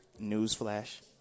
newsflash